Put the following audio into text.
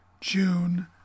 June